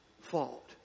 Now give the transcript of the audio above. fault